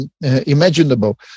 imaginable